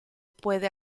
puede